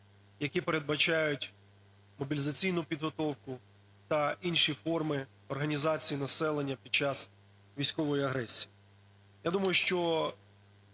які передбачають мобілізаційну підготовку та інші форми організації населення під час військової агресії.